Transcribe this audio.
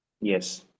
Yes